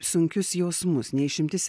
sunkius jausmus ne išimtis